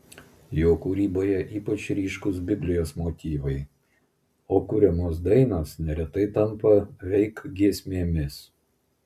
jo kūryboje ypač ryškūs biblijos motyvai o kuriamos dainos neretai tampa veik giesmėmis